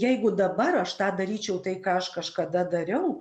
jeigu dabar aš tą daryčiau tai ką aš kažkada dariau